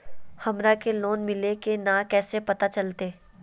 हमरा के लोन मिल्ले की न कैसे पता चलते?